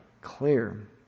clear